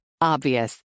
Obvious